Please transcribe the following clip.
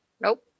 nope